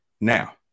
Now